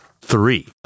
three